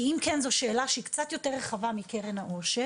כי אם כן זו שאלה שהיא קצת יותר רחבה מקרן העושר.